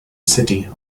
city